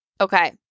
Okay